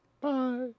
Bye